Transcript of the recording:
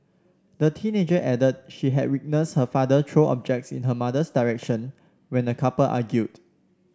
the teenager added she had witnessed her father throw objects in her mother's direction when the couple argued